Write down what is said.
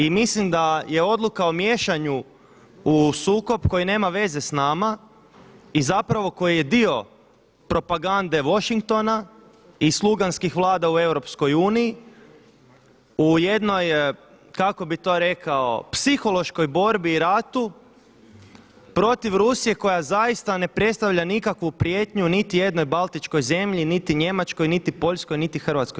I mislim da je odluka o miješanju u sukob koji nema veze s nama i zapravo koji je dio propagande Washingtona i sluganskih vlada u Europskoj uniji, u jednoj kako bih to rekao psihološkoj borbi i ratu protiv Rusije koja zaista ne predstavlja nikakvu prijetnju niti jednoj baltičkoj zemlji, niti Njemačkoj, niti Poljskoj, niti Hrvatskoj.